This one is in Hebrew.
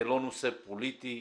זה לא נושא פוליטי,